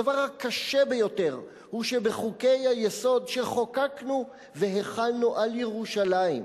הדבר הקשה ביותר הוא שבחוקי-היסוד שחוקקנו והחלנו על ירושלים,